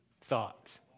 thoughts